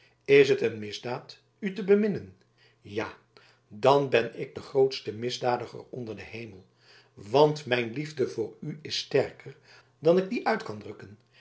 is dat een misdaad u te beminnen ja dan ben ik de grootste misdadiger onder den hemel want mijn liefde voor u is sterker dan ik die uit kan drukken